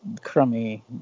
crummy